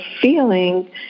feeling